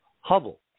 Hubble